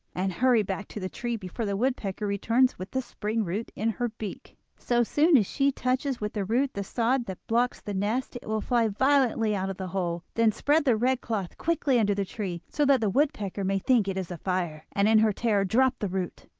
and hurry back to the tree before the woodpecker returns with the spring-root in her beak. so soon as she touches with the root the sod that blocks the nest, it will fly violently out of the hole. then spread the red cloth quickly under the tree, so that the woodpecker may think it is a fire, and in her terror drop the root.